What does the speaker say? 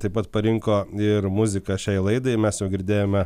taip pat parinko ir muziką šiai laidai mes jau girdėjome